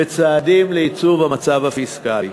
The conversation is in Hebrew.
בצעדים לייצוב המצב הפיסקלי.